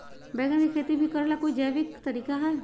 बैंगन के खेती भी करे ला का कोई जैविक तरीका है?